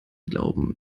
glauben